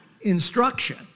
instruction